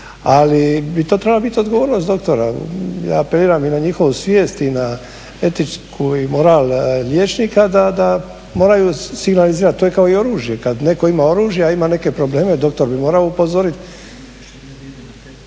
ali bi to trebala biti odgovornost doktora. Ja apeliram i na njihovu svijest i etički moral liječnika da moraju signalizirati. To je kao i oružje kad netko ima oružje, a ima neke probleme doktor bi morao upozoriti.